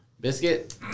Biscuit